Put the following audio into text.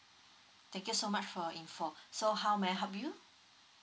thank you so much for your info so how may I help you